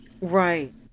Right